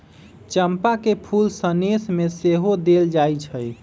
चंपा के फूल सनेश में सेहो देल जाइ छइ